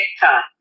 time